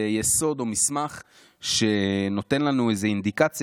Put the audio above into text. איזה יסוד או מסמך שנותן לנו איזו אינדיקציה